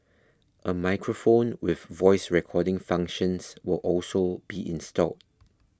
a microphone with voice recording functions will also be installed